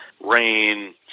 rain